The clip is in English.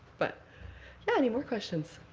but yeah. any more questions?